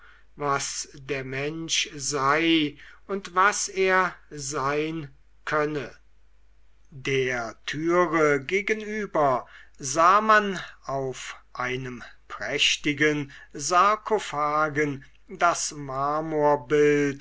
was der mensch sei und was er sein könne der türe gegenüber sah man auf einem prächtigen sarkophagen das